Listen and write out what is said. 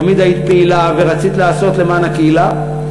תמיד היית פעילה ורצית לעשות למען הקהילה.